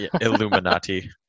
Illuminati